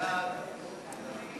חוק לתיקון פקודת מסילות הברזל (מס'